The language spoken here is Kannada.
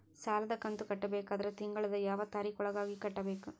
ಸಾಲದ ಕಂತು ಕಟ್ಟಬೇಕಾದರ ತಿಂಗಳದ ಯಾವ ತಾರೀಖ ಒಳಗಾಗಿ ಕಟ್ಟಬೇಕು?